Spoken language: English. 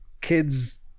Kids